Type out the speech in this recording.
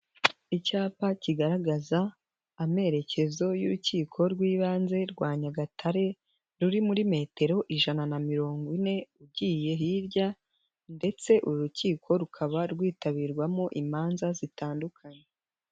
Icyapa kigaragaza amerekezo y'urukiko rw'ibanze rwa Nyagatare, ruri muri metero ijana na mirongo ine ugiye hirya ndetse uru rukiko rukaba rwitabirwamo imanza zitandukanye.